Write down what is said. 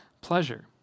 pleasure